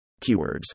Keywords